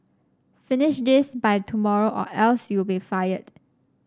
finish this by tomorrow or else you'll be fired